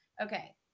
Okay